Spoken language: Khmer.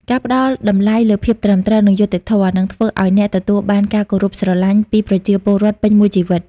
ការផ្តល់តម្លៃលើភាពត្រឹមត្រូវ និងយុត្តិធម៌ នឹងធ្វើឱ្យអ្នកទទួលបានការគោរពស្រឡាញ់ពីប្រជាពលរដ្ឋពេញមួយជីវិត។